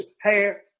Hair